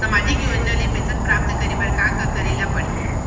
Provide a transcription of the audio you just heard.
सामाजिक योजना ले पेंशन प्राप्त करे बर का का करे ल पड़ही?